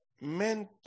Men